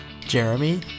Jeremy